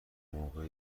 موقع